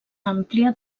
àmplia